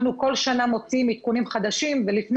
אנחנו כל שנה מוציאים עדכונים חדשים ולפני